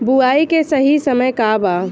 बुआई के सही समय का वा?